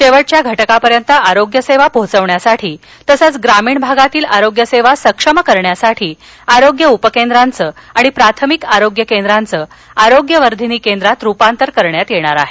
शेवटच्या घटकापर्यंत आरोग्य सेवा पोहोचविण्यासाठी तसंच ग्रामीण भागातील आरोग्यसेवा सक्षम करण्यासाठी आरोग्य उपकेंद्रांचं आणि प्राथमिक आरोग्य केंद्रांचं आरोग्यवर्धिनी केंद्रात रूपांतर करण्यात येणार आहे